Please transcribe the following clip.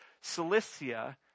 Cilicia